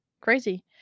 crazy